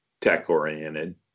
tech-oriented